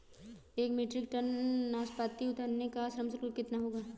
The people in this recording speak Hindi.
एक मीट्रिक टन नाशपाती उतारने का श्रम शुल्क कितना होगा?